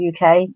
uk